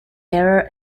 error